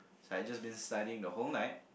so I just been studying the whole night